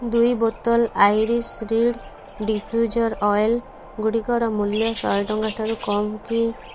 ଦୁଇ ବୋତଲ୍ iris reed diffuser oil ଗୁଡ଼ିକର ମୂଲ୍ୟ ଶହେ ଟଙ୍କା ଠାରୁ କମ୍ କି